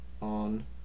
on